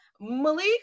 Malik